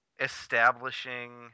establishing